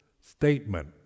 statement